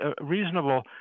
reasonable